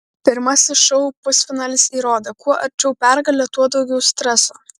pirmasis šou pusfinalis įrodė kuo arčiau pergalė tuo daugiau streso